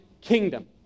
kingdom